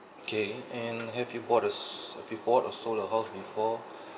okay and have you bought or have you bought or sold a house before